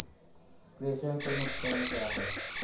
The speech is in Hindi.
प्रेषण के नुकसान क्या हैं?